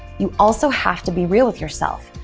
you also have to be real with yourself.